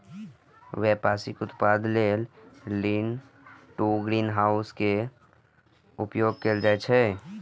व्यावसायिक उत्पादन लेल लीन टु ग्रीनहाउस के उपयोग कैल जाइ छै